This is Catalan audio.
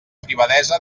privadesa